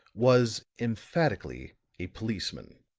was emphatically a policeman.